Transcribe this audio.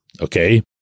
okay